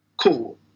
cool